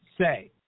say